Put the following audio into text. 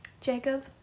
jacob